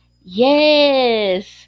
Yes